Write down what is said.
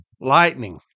lightning